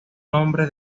nombre